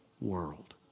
world